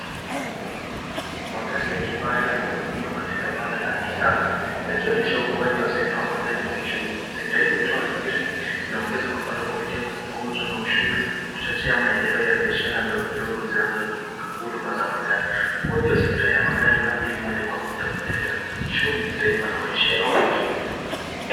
magari ya kimafahari yanaudumiwa katika banda la kisasa yakionyesha ukuwaji wa [sector] wa magari na uchumi, [sector] hii utoa ajira inaongeza mapato kupitia mauzo na ushuru na kuchochea maendeleo ya biashara ndogo ndogo zinazo zunguka huduma za magari, ukuwaji wa [sector] ya magari uadhiri moja kwa moja maendeleo ya kiuchumi ya taifa na maisha ya watu.